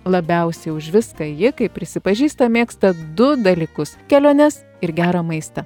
labiausiai už viską ji kaip prisipažįsta mėgsta du dalykus keliones ir gerą maistą